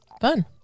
Fun